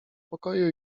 pokoju